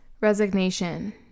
Resignation